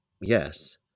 yes